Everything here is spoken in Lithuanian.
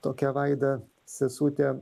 tokia vaida sesutė